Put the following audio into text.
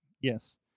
Yes